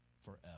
forever